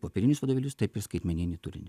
popierinius vadovėlius taip ir skaitmeninį turinį